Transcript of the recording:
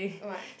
what